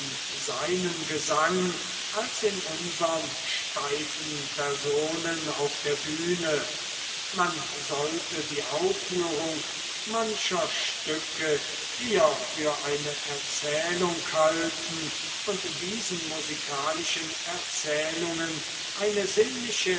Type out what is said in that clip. seinem gesang als in unsern steifen personen auf der bühne man sollte die aufführung mancher stücke eher für eine erzählung halten und diesen musikalischen erzählungen eine sinnliche